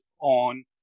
on